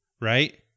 right